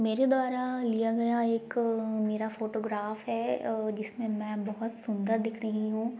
मेरे द्वारा लिया गया एक मेरा फोटोग्राफ है जिसमें मैं बहुत सुन्दर दिख रही हूँ